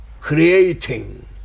creating